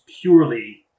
purely